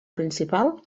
principal